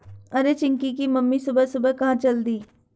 अरे चिंकी की मम्मी सुबह सुबह कहां चल दी?